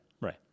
right